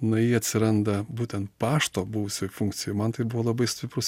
jinai atsiranda būtent pašto buvusioj funkcijoj man tai buvo labai stiprus